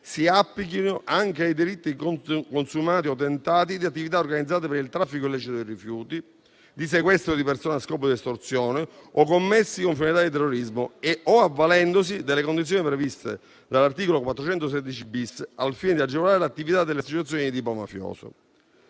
si applichino anche ai delitti consumati o tentati di attività organizzate per il traffico illecito di rifiuti, di sequestro di persona a scopo di estorsione o commessi con finalità di terrorismo o avvalendosi delle condizioni previste dall'articolo 416-*bis* al fine di agevolare l'attività delle associazioni di tipo mafioso.